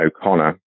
O'Connor